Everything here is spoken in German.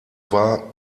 war